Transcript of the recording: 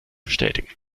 bestätigen